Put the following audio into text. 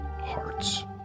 hearts